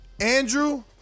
Andrew